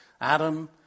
Adam